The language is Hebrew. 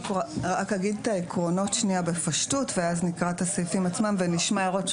אני רק אגיד את העקרונות בפשטות ואז נקרא את הסעיפים עצמם ונשמע הערות.